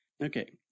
Okay